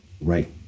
Right